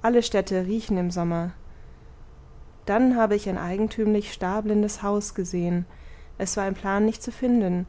alle städte riechen im sommer dann habe ich ein eigentümlich starblindes haus gesehen es war im plan nicht zu finden